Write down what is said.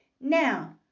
Now